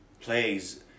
plays